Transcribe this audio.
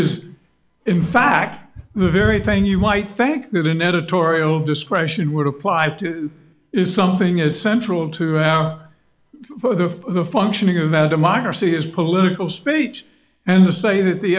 is in fact the very thing you might think that an editorial discretion would apply to is something is central to our for the functioning of a democracy is political speech and to say that the